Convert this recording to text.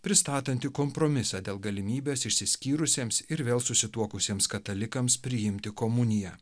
pristatanti kompromisą dėl galimybės išsiskyrusiems ir vėl susituokusiems katalikams priimti komuniją